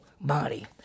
body